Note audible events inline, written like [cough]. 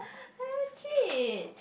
[laughs] I never cheat